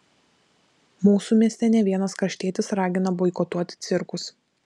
mūsų mieste ne vienas kraštietis ragina boikotuoti cirkus